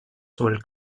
sowohl